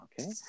Okay